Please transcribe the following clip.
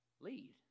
lead